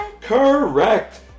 Correct